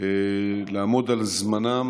לעמוד על זמנם,